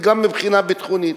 וגם מבחינה ביטחונית.